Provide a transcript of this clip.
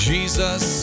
Jesus